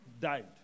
died